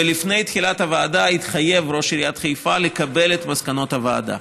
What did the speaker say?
ולפני תחילת הוועדה ראש עיריית חיפה התחייב לקבל את מסקנות הוועדה.